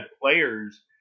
players